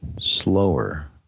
slower